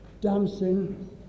dancing